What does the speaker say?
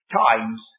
times